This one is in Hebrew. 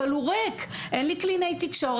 אבל הוא ריק: אין לי קלינאי תקשורת,